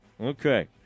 Okay